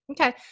okay